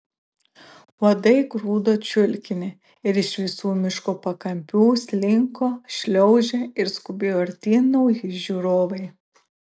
uodai grūdo čiulkinį ir iš visų miško pakampių slinko šliaužė ir skubėjo artyn nauji žiūrovai